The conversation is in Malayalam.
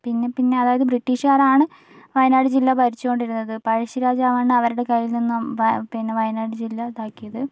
പിന്നെപ്പിന്നെ അതായത് ബ്രിട്ടീഷുകാരാണ് വയനാട് ജില്ല ഭരിച്ചുകൊണ്ടിരുന്നത് പഴശ്ശിരാജാവാണ് അവരുടെ കയ്യിൽ നിന്നും പിന്നെ വയനാട് ജില്ല ഇതാക്കിയത്